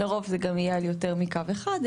לרוב זה גם יהיה על יותר מקו אחד,